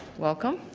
welcome,